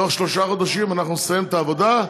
בתוך שלושה חודשים אנחנו נסיים את העבודה,